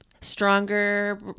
stronger